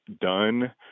done